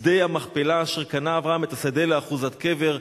שדה המכפלה אשר קנה אברהם את השדה לאחוזת קבר.